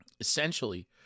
Essentially